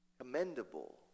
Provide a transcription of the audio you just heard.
commendable